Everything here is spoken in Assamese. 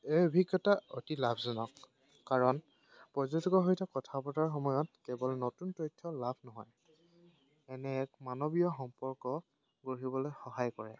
এই অভিজ্ঞতা অতি লাভজনক কাৰণ পৰ্যটকৰ সৈতে কথা পতাৰ সময়ত কেৱল নতুন তথ্য লাভ নহয় এনে এক মানৱীয় সম্পৰ্ক গঢ়িবলৈ সহায় কৰে